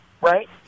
right